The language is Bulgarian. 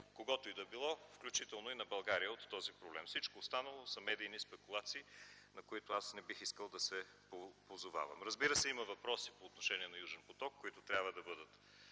когото и да било, включително и на България, от този проект. Всичко останало са медийни спекулации, на които не бих искал да се позовавам. Разбира се, има въпроси по отношение на „Южен поток”, които трябва да бъдат